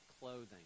clothing